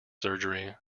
surgery